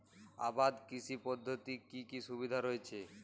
আবাদ কৃষি পদ্ধতির কি কি সুবিধা রয়েছে?